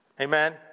Amen